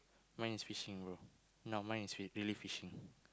mine is fishing bro no mine is re~ really fishing